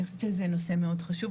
אני חושבת שזה נושא מאוד חשוב.